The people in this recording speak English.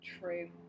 true